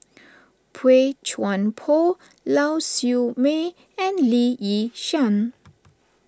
Boey Chuan Poh Lau Siew Mei and Lee Yi Shyan